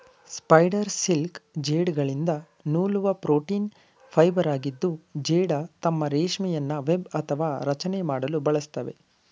spider silk ಜೇಡಗಳಿಂದ ನೂಲುವ protein ಫೈಬರಾಗಿದ್ದು ಜೇಡ ತಮ್ಮ ರೇಷ್ಮೆಯನ್ನು ವೆಬ್ ಅಥವಾ ರಚನೆ ಮಾಡಲು ಬಳಸ್ತವೆ